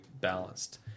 balanced